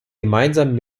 gemeinsam